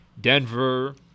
denver